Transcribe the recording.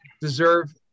deserve